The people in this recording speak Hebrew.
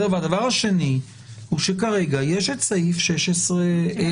הדבר השני הוא שכרגע יש את סעיף 16(א)(10)